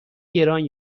گران